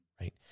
right